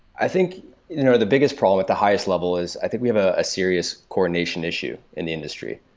i think you know the biggest problem at the highest level is i think we have ah a serious coordination issue in the industry.